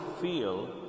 feel